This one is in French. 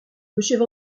monsieur